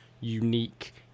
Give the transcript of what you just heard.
unique